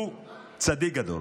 הוא צדיק גדול.